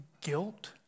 guilt